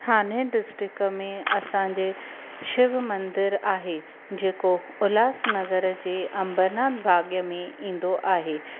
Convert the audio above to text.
थाणे district में असांजे शिव मंदरु आहे जेको उल्हासनगर जे अंबरनाथ भाग्य में ईंदो आहे